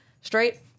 straight